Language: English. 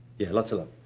yeah. lots of love.